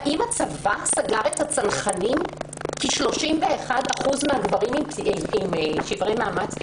האם הצבא סגר את הצנחנים כי 31% מהגברים היו עם שברי מאמץ?